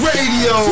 Radio